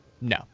No